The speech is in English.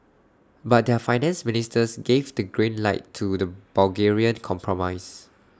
but their finance ministers gave the green light to the Bulgarian compromise